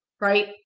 right